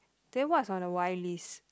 then what is on the why list